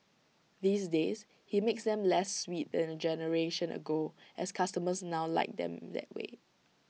these days he makes them less sweet than A generation ago as customers now like them that way